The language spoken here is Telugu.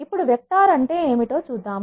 ఇప్పుడు వెక్టార్ అంటే ఏమిటో చూద్దాం